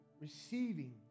receiving